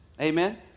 Amen